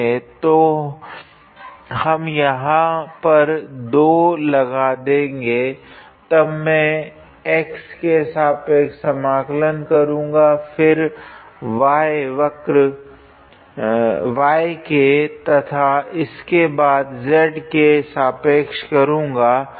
तो हम यहाँ एक 2 लगा देगे तब मैं x के सापेक्ष समाकलन करूँगा फिर y क्र तथा उसके बाद z के सापेक्ष करूँगा